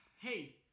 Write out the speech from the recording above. Hey